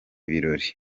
birori